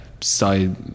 side